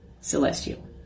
Celestial